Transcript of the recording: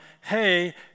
Hey